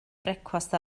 brecwast